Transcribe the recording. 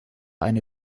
eine